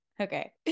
okay